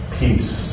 peace